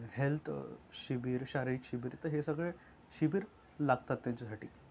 health शिबिर शारीरिक शिबिर तर हे सगळे शिबिर लागतात त्यांच्यासाठी